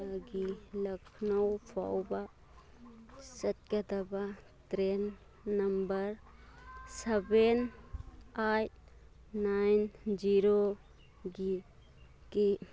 ꯇꯒꯤ ꯂꯈꯅꯧ ꯐꯥꯎꯕ ꯆꯠꯀꯗꯕ train number seven eight nine ꯖꯤꯔꯣꯒꯤ ꯀꯤ